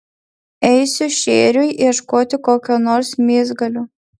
eisiu šėriui ieškoti kokio nors mėsgalio